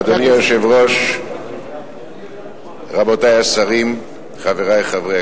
אדוני היושב-ראש, רבותי השרים, חברי חברי